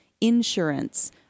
insurance